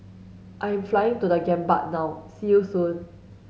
I am flying to The Gambia now see you soon